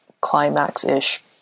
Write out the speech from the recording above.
climax-ish